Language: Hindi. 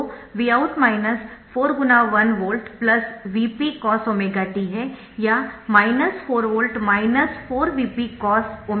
तो Vout 4 ×1V Vp cos⍵t है या 4V 4Vp cos t है